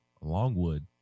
Longwood